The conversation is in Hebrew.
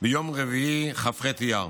ביום רביעי, כ"ח באייר,